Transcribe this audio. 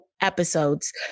episodes